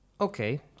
Okay